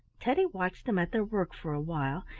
teddy watched them at their work for a while,